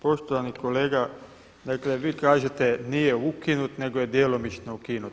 Poštovani kolega, dakle vi kažete nije ukinut nego je djelomično ukinut.